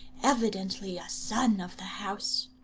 evidently a son of the house.